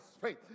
faith